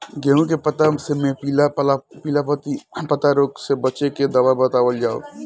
गेहूँ के पता मे पिला रातपिला पतारोग से बचें के दवा बतावल जाव?